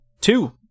Two